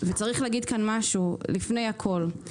צריך להגיד כאן משהו לפני הכל.